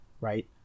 right